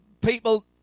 people